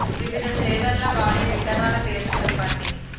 వివిధ చేలల్ల వాడే విత్తనాల పేర్లు చెప్పండి?